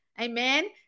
Amen